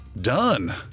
Done